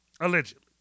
allegedly